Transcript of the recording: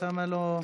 אוסאמה לא,